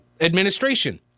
administration